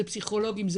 זה פסיכולוגים,